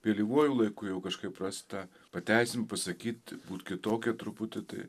vėlyvuoju laiku jau kažkaip rast tą pateisint pasakyt būt kitokie truputį tai